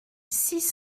six